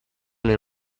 nel